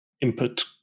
input